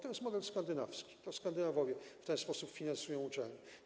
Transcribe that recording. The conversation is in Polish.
To jest model skandynawski, to Skandynawowie w ten sposób finansują uczelnie.